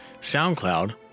SoundCloud